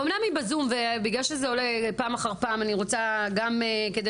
אמנם היא בזום ובגלל שזה עולה פעם אחר פעם אני רוצה גם כדי